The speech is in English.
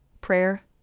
Prayer